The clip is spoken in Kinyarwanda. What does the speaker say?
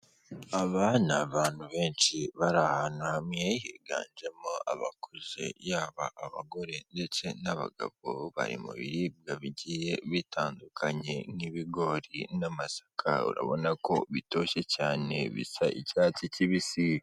Aba ni abantu benshi bari ahantu hamwe, higanjemo abakuze, yaba abagore ndetse n'abagabo, bari mu biribwa bigiye bitandukanye nk'ibigori n'amasaka, urabona ko bitoshye cyane, bisa icyatsi kibisi.